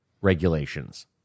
regulations